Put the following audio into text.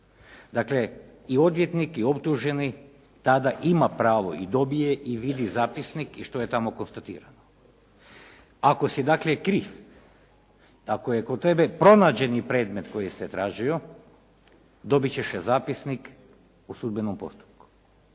Dakle, i odvjetnik i optuženi tada ima pravo i dobije i vidi zapisnik i što je tamo konstatirano. Ako si dakle kriv, ako je kod tebe pronađeni predmet koji se tražio dobit ćeš zapisnik u sudbenom postupku.